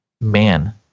Man